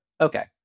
Okay